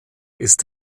ist